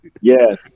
yes